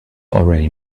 already